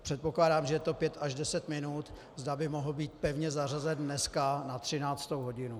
Předpokládám, že to je pět až deset minut, zda by mohl být pevně zařazen dneska na 13. hodinu.